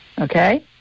Okay